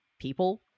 people